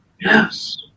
Yes